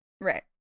right